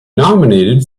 nominated